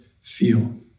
feel